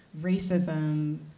racism